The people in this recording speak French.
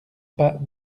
pas